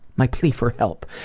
my plea for help.